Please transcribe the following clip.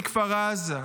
מכפר עזה,